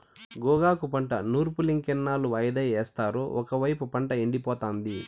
గోగాకు పంట నూర్పులింకెన్నాళ్ళు వాయిదా యేస్తావు ఒకైపు పంట ఎండిపోతాంది